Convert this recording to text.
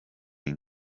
team